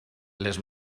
les